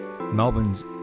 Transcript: Melbourne's